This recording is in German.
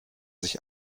sich